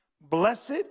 Blessed